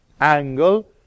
angle